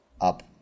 up